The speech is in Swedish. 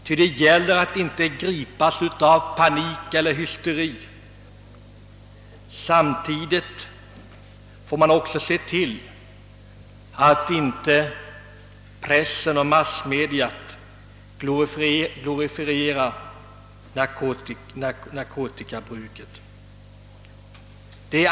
Vi får inte gripas av hysteri eller panik. Samtidigt bör man se till att inte pressen och andra massmedia glorifierar narkotikabruket.